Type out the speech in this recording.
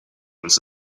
was